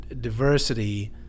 Diversity